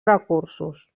recursos